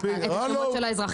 אתה רוצה את השמות של האזרחים?